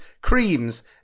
creams